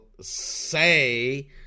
say